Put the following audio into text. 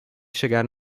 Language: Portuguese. chegar